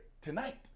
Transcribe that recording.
tonight